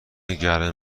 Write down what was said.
گرم